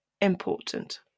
Important